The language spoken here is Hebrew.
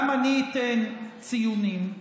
גם אני אתן ציונים,